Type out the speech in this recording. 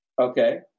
okay